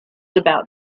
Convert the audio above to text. about